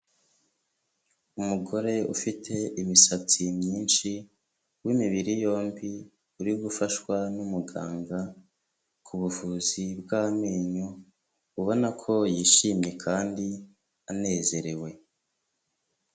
Umugore ufite imisatsi myinshi w'imibiri yombi, uri gufashwa n'umuganga ku buvuzi bw'amenyo, ubona ko yishimye kandi anezerewe.